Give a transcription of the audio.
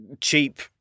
cheap